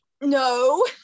No